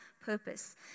purpose